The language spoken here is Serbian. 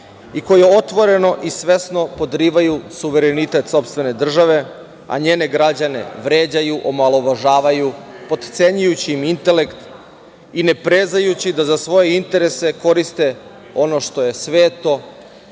i koje otvoreno i svesno podrivaju suverenitet sopstvene države, a njene građane vređaju, omalovažavaju, potcenjujući im intelekt i ne prezajući da za svoje interese koriste ono što je sveto,